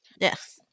yes